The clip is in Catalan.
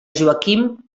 joaquim